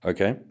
Okay